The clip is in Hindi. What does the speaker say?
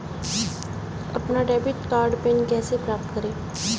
अपना डेबिट कार्ड पिन कैसे प्राप्त करें?